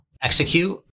execute